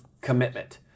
commitment